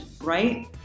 right